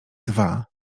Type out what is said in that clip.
dwa